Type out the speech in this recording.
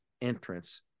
entrance